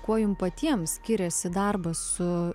kuo jum patiem skiriasi darbas su